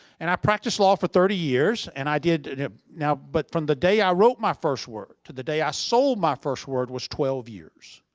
and i practiced law for thirty years and i did and now but from the day i wrote my first word, to the day i sold my first word, was twelve years.